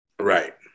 right